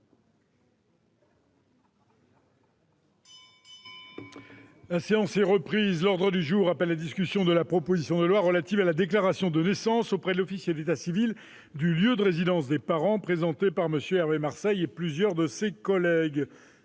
la demande du groupe Union Centriste, la discussion de la proposition de loi relative à la déclaration de naissance auprès de l'officier d'état civil du lieu de résidence des parents, présentée par M. Hervé Marseille et plusieurs de ses collègues